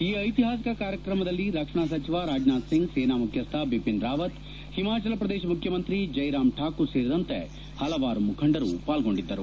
ಈ ಐತಿಹಾಸಿಕ ಕಾರ್ಯಕ್ರಮದಲ್ಲಿ ರಕ್ಷಣಾ ಸಚಿವ ರಾಜನಾಥ್ ಸಿಂಗ್ ಸೇನಾ ಮುಖ್ಯಸ್ವ ಬಿಪಿನ್ ರಾವತ್ ಹಿಮಾಚಲ ಪ್ರದೇಶ ಮುಖ್ಯಮಂತ್ರಿ ಜಯರಾಮ್ ಠಾಕೂರ್ ಸೇರಿದಂತೆ ಹಲವಾರು ಮುಖಂಡರು ಪಾಲ್ಗೊಂಡಿದ್ಗರು